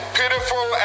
pitiful